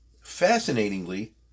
Fascinatingly